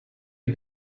you